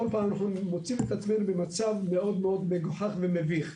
פעם אנחנו מוצאים את עצמנו במצב מגוחך ומביך.